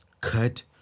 Cut